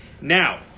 Now